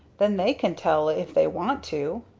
then they can tell if they want to.